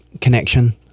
connection